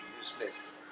useless